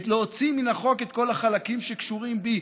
להוציא מן החוק את כל החלקים שקשורים בי.